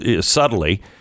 subtly